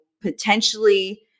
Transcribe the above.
potentially –